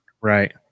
right